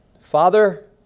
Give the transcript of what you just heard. Father